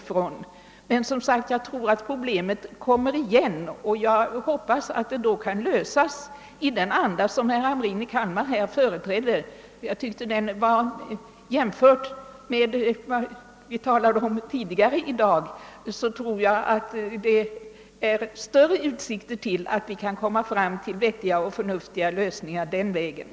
Men jag tror som sagt att problemet kommer igen, och jag hoppas att det då kan lösas i den anda som herr Hamrin i Kalmar här gav uttryck åt. Jag tror att vi har större möjligheter att komma fram till vettiga lösningar på den vägen än om vi följer de linjer som vi tidigare i dag diskuterat.